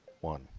one